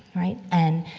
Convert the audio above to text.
right? and,